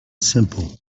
simple